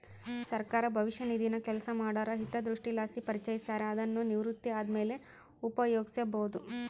ಸರ್ಕಾರ ಭವಿಷ್ಯ ನಿಧಿನ ಕೆಲಸ ಮಾಡೋರ ಹಿತದೃಷ್ಟಿಲಾಸಿ ಪರಿಚಯಿಸ್ಯಾರ, ಅದುನ್ನು ನಿವೃತ್ತಿ ಆದ್ಮೇಲೆ ಉಪಯೋಗ್ಸ್ಯಬೋದು